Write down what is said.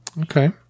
Okay